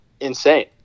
insane